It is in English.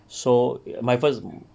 so my first